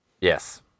Yes